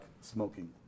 smoking